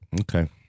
Okay